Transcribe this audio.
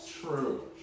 True